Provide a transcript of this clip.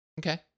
Okay